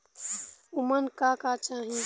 उमन का का चाही?